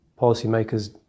policymakers